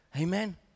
Amen